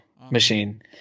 machine